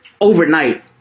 overnight